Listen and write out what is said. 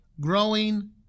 growing